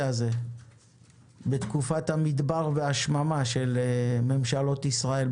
הזה בתקופת המדבר והשממה של ממשלות ישראל.